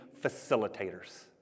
facilitators